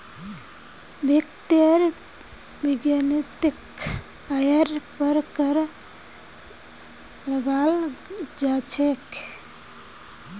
व्यक्तिर वैयक्तिक आइर पर कर लगाल जा छेक